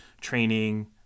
training